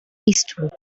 eastward